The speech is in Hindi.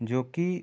जो कि